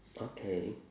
okay